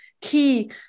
key